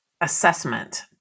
assessment